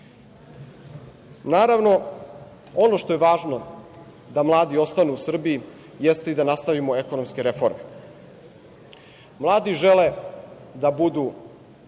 ljudi. Naravno, ono što je važno, da mladi ostanu u Srbiji jeste i da nastavimo ekonomske reforme. Mladi žele da budu